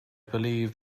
believe